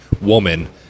woman